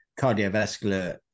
cardiovascular